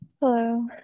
Hello